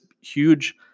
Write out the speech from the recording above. huge